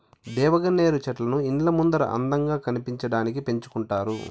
దేవగన్నేరు చెట్లను ఇండ్ల ముందర అందంగా కనిపించడానికి పెంచుకుంటారు